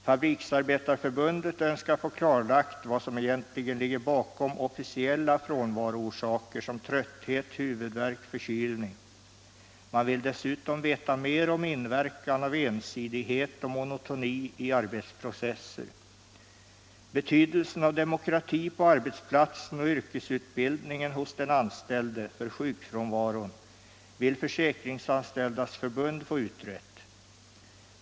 Fabriksarbetareförbundet önskar få klarlagt vad som egentligen ligger bakom ”officiella” frånvaroorsaker som trötthet, huvudvärk, förkylning. Man vill dessutom veta mer om inverkan av ensidighet och monotoni i arbetsprocesser. Betydelsen av demoktatin på arbetsplatsen och yrkesutbildningen hos den anställde för sjukfrånvaron vill Försäkringsanställdas Förbund få utrett.